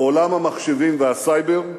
עולם המחשבים והסייבר,